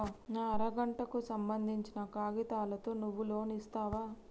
నా అర గంటకు సంబందించిన కాగితాలతో నువ్వు లోన్ ఇస్తవా?